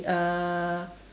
uh